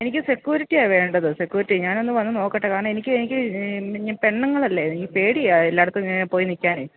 എനിക്ക് സെക്യുരിറ്റിയാണ് വേണ്ടത് സെക്കൂരിറ്റി ഞാൻ ഒന്ന് വന്നു നോക്കട്ടെ കാരണം എനിക്ക് എനിക്ക് പെണ്ണുങ്ങൾ അല്ലേ എനിക്ക് പേടിയാണ് എല്ലായിടത്തും ഇങ്ങനെ പോയി നിൽക്കാൻ